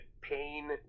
pain